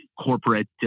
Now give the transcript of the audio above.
corporate